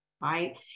right